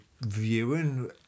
viewing